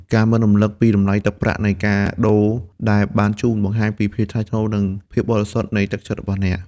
ការមិនរំលឹកពីតម្លៃទឹកប្រាក់នៃកាដូដែលបានជូន បង្ហាញពីភាពថ្លៃថ្នូរ និងភាពបរិសុទ្ធនៃទឹកចិត្តរបស់អ្នក។